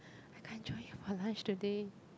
I can't join you for lunch today